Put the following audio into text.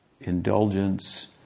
Indulgence